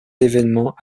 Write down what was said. événement